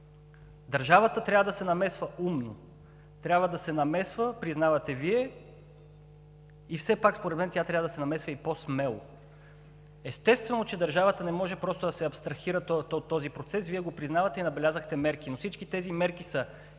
Държавата трябва да се намесва умно, трябва да се намесва, признавате Вие, и все пак според мен тя трябва да се намесва и по-смело. Естествено, че държавата не може просто да се абстрахира от този процес. Вие го признавате и набелязахте мерки, но всички тези мерки са